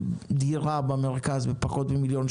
אנחנו רואים את זה בפועל.